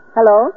Hello